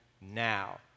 now